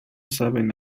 saben